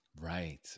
Right